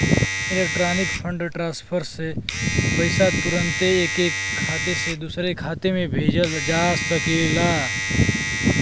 electronic fund transfer से पईसा तुरन्ते ऐक खाते से दुसरे खाते में भेजल जा सकेला